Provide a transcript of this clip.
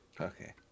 Okay